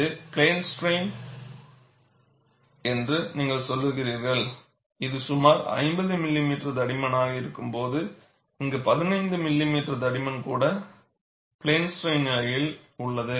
இது plane strain என்று நீங்கள் சொல்கிறீர்கள் இது சுமார் 50 மில்லிமீட்டர் தடிமனாக இருக்கும்போது இங்கு 15 மில்லிமீட்டர் தடிமன் கூட பிளேன் ஸ்ட்ரைன் நிலையில் உள்ளது